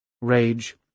rage